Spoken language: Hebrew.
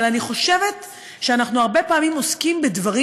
אבל אני חושבת שאנחנו הרבה פעמים עוסקים בדברים